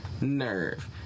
nerve